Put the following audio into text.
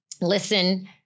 listen